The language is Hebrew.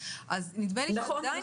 אז נדמה לי שעדיין